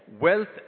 Wealth